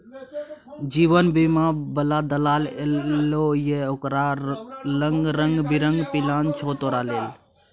जीवन बीमा बला दलाल एलौ ये ओकरा लंग रंग बिरंग पिलान छौ तोरा लेल